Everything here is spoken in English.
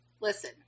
Listen